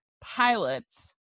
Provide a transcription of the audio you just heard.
pilots